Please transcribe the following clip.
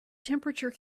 temperature